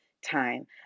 time